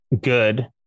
good